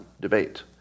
debate